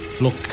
look